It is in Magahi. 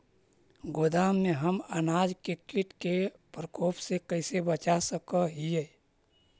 गोदाम में हम अनाज के किट के प्रकोप से कैसे बचा सक हिय?